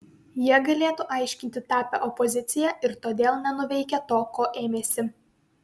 jie galėtų aiškinti tapę opozicija ir todėl nenuveikę to ko ėmėsi